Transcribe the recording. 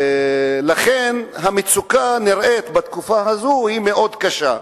לכן, המצוקה בתקופה הזו היא מאוד קשה.